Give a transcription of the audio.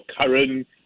current